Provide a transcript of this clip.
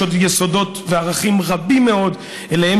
יש עוד יסודות וערכים רבים מאוד שאליהם